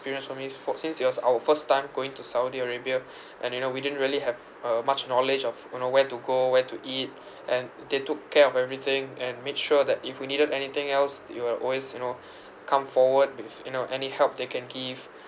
for me for since it was our first time going to saudi arabia and you know we didn't really have uh much knowledge of you know where to go where to eat and they took care of everything and make sure that if we needed anything else they will always you know come forward with you know any help they can give